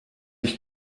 ich